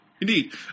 Indeed